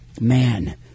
Man